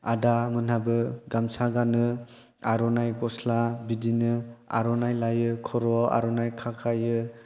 आदा मोनहाबो गामसा गानो आर'नाइ गस्ला बिदिनो आर'नाइ लायो खर'आव आरनाइ खाखायो